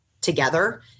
together